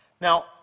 Now